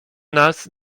nas